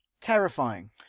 terrifying